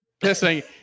pissing